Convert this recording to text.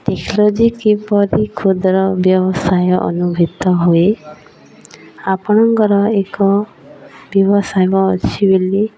technology କିପରି କ୍ଷୁଦ୍ର ବ୍ୟବସାୟ ଅନୁଭୂତ ହୁଏ ଆପଣଙ୍କର ଏକ ବ୍ୟବସାୟ ଅଛି ବୋଲି